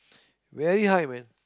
very high man